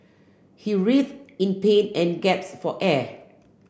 he writhed in pain and gasped for air